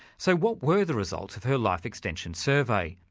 so what were the results of her life extension survey?